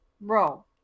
row